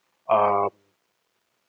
um